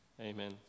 Amen